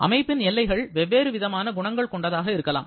அமைப்பின் எல்லைகள் வெவ்வேறுவிதமான குணங்கள் கொண்டதாக இருக்கலாம்